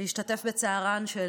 ולהשתתף בצערן של